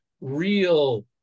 real